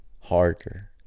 harder